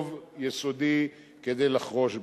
טוב, יסודי כדי לחרוש בו.